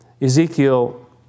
Ezekiel